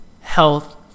health